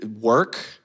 work